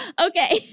Okay